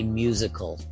musical